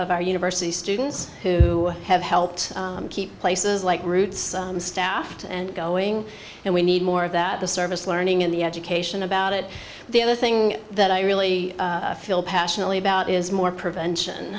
our university students who have helped keep places like roots staffed and going and we need more of that the service learning in the education about it the other thing that i really feel passionately about is more prevention